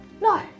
No